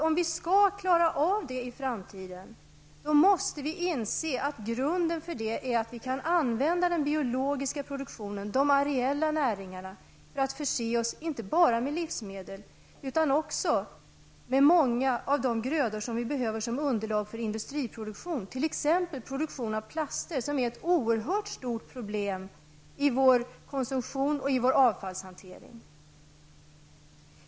Om vi skall klara det i framtiden, måste vi inse att grunden för det är att vi kan använda den biologiska produktionen, de areella näringarna, för att förse oss inte bara med livsmedel utan också med många av de grödor som vi behöver som underlag för industriproduktion, t.ex. produktion av plaster som är ett oerhört stort problem i vår konsumtion och i vår avfallshantering.